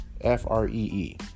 F-R-E-E